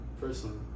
Personally